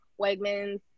Wegmans